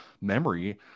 memory